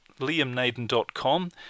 liamnaden.com